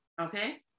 Okay